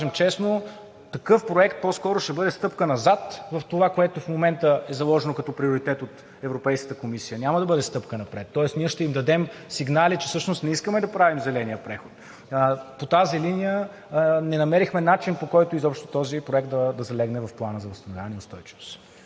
кажем честно: такъв проект по-скоро ще бъде стъпка назад в това, което в момента е заложено като приоритет от Европейската комисия. Няма да бъде стъпка напред. Тоест ние ще им дадем сигнали, че всъщност не искаме да правим зеления преход. По тази линия не намерихме начин, по който изобщо този проект да залегне в Плана за възстановяване и устойчивост.